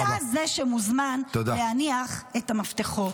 אתה זה שמוזמן להניח את המפתחות.